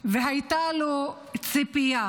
והייתה לו ציפייה.